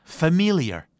familiar